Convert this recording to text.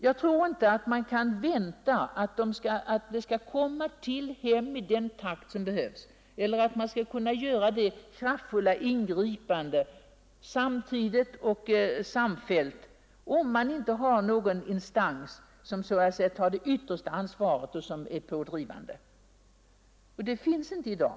Jag tror inte man kan vänta att nya hem för narkomaner skall kunna tillkomma i den takt som det behövs eller att kraftiga ingripanden skall kunna göras samtidigt och samfällt, om man inte har någon instans som är pådrivande och tar det yttersta ansvaret. Någon sådan instans finns inte i dag.